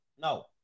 no